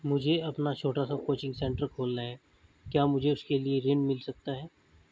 मुझे अपना छोटा सा कोचिंग सेंटर खोलना है क्या मुझे उसके लिए ऋण मिल सकता है?